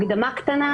הקדמה קטנה.